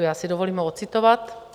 Já si dovolím odcitovat.